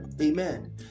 Amen